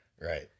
Right